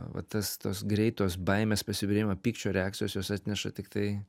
va tas tos greitos baimės pasibjaurėjimo pykčio reakcijos jos atneša tiktai